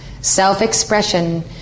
self-expression